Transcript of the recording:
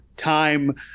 time